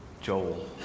joel